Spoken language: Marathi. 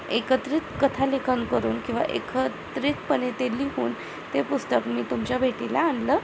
एकत्रित कथालेखन करून किंवा एकत्रितपणे ते लिहून ते पुस्तक मी तुमच्या भेटीला आणलं